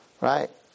Right